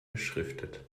beschriftet